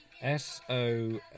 S-O